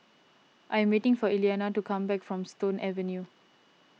I am waiting for Elianna to come back from Stone Avenue